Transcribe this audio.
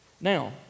Now